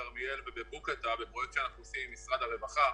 אנחנו כחברי כנסת פונים לעמותות סיוע שיעזרו לאותן משפחות.